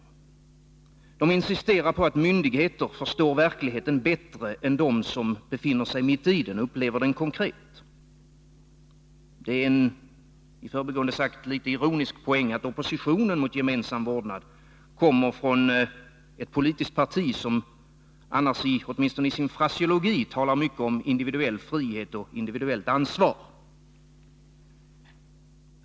De insisterar på att myndigheter förstår verkligheten bättre än de som befinner sig mitt i den, upplever den konkret. Det är, i förbigående sagt, en litet ironisk poäng att oppositionen mot gemensam vårdnad kommer från ett politiskt parti som annars åtminstone i sin fraseologi talar mycket om individuell frihet och individuellt ansvar.